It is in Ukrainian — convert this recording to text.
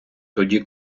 тоді